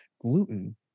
gluten